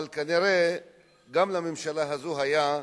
אבל כנראה גם לממשלה הזו היה,